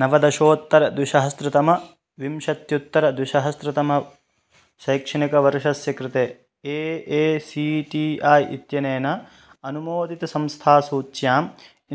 नवदशोत्तरद्विसहस्रतम विंशत्युत्तरद्विसहस्रतम शैक्षणिकवर्षस्य कृते A A C T E इत्यनेन अनुमोदितसंस्थासूच्याम्